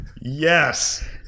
Yes